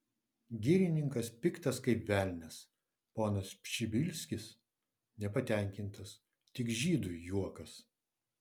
girininkas piktas kaip velnias ponas pšibilskis nepatenkintas tik žydui juokas